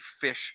fish